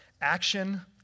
Action